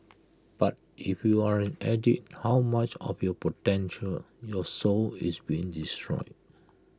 but if you're an addict how much of your potential your soul is being destroyed